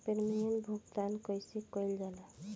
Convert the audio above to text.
Premium भुगतान कइसे कइल जाला?